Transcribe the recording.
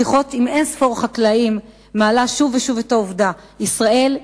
שיחות עם אין-ספור חקלאים מעלות שוב ושוב את העובדה שישראלים